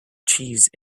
cheese